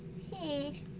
hmm